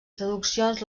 traduccions